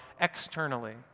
externally